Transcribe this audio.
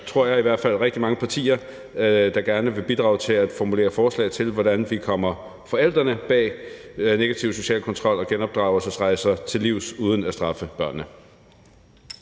tror jeg i hvert fald, rigtig mange partier, der gerne vil bidrage til at formulere forslag til, hvordan vi kommer forældrene bag negativ social kontrol og genopdragelsesrejser til livs uden at straffe børnene.